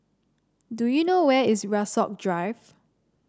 do you know where is Rasok Drive